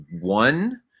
one